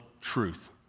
truth